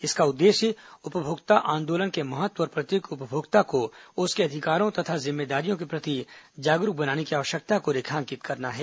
इसका उद्देश्य उपभोक्ता आंदोलन के महत्व और प्रत्येक उपभोक्ता को उसके अधिकारों तथा जिम्मेदारियों के प्रति जागरूक बनाने की आवश्यकता को रेखांकित करना है